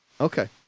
Okay